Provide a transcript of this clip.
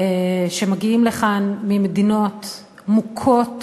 שמגיעים לכאן ממדינות מוכות